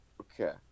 Okay